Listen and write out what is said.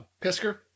Pisker